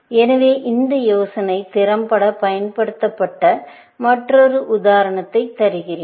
எனவே இந்த யோசனை திறம்பட பயன்படுத்தப்பட்ட மற்றொரு உதாரணத்தை தருகிறேன்